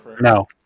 no